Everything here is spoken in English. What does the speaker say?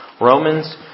Romans